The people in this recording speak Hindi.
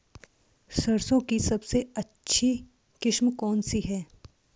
सरसों की सबसे अच्छी किस्म कौन सी है?